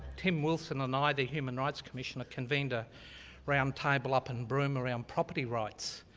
tim wilson and i, the human rights commissioner, convened a round table up in broome around property rights.